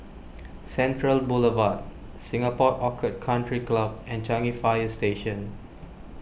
Central Boulevard Singapore Orchid Country Club and Changi Fire Station